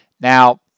Now